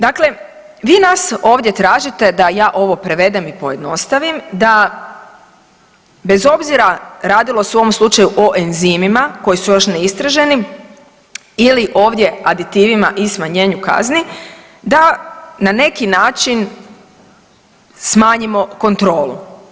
Dakle, vi nas ovdje tražite da ja ovo prevedem i pojednostavnim da bez obzira radilo se u ovom slučaju o enzimima koji su još neistraženi ili ovdje aditivima i smanjenju kazni da na neki način smanjimo kontrolu.